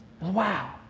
Wow